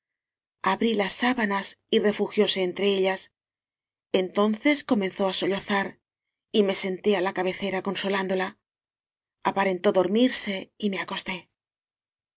abrí las sábanas y refugióse entre ellas entonces comenzó á sollozar y me senté á la cabecera consolándola aparentó dormirse y me acosté